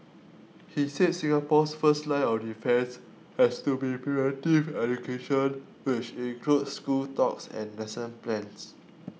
he said Singapore's first line of defence has to be preventive education which includes school talks and lesson plans